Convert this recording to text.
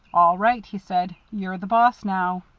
all right, he said. you're the boss now.